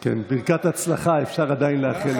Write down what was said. כן, ברכת הצלחה עדיין אפשר לאחל לך.